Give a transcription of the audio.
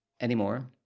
anymore